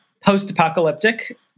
post-apocalyptic